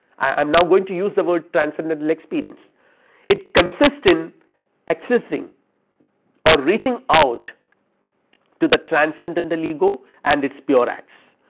i am now going to use the word transcendental experience it consist in accessing or reaching out to the transcendental ego and its pure acts.